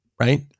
Right